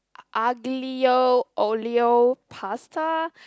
a~ aglio olio pasta